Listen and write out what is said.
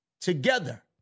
together